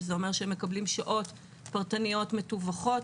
שזה אומר שהם מקבלים שעות פרטניות מתווכות.